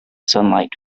sunlight